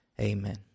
Amen